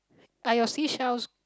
by your sea shells